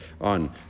on